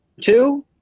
two